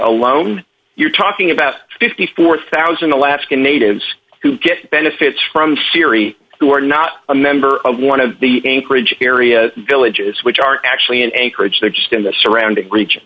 alone you're talking about fifty four thousand alaskan natives who get benefits from siri who are not a member of one of the anchorage area villages which are actually in anchorage they're just in the surrounding region